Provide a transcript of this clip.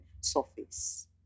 surface